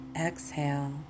exhale